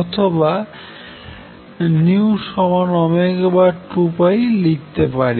অথবা ν2πলিখতে পারি